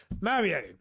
Mario